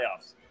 playoffs